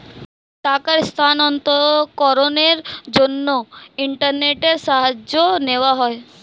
টাকার স্থানান্তরকরণের জন্য ইন্টারনেটের সাহায্য নেওয়া হয়